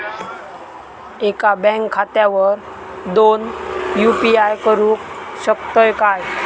एका बँक खात्यावर दोन यू.पी.आय करुक शकतय काय?